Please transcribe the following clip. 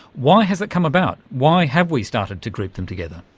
why has it come about, why have we started to group them together?